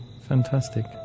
fantastic